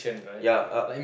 ya a